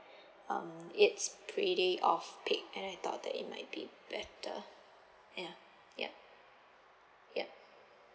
um it's pretty off peak and I thought that it might be better ya yup yup